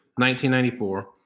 1994